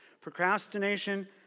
procrastination